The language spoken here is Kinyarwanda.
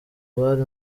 bari